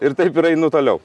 ir taip ir einu toliau